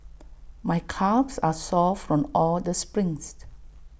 my calves are sore from all the sprints